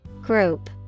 Group